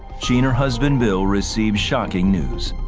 she and her husband, bill, received shocking news.